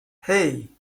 hey